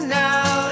now